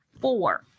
Four